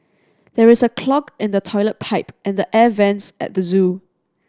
there is a clog in the toilet pipe and the air vents at the zoo